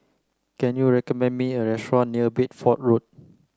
can you recommend me a restaurant near Bedford Road